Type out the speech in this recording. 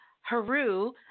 Haru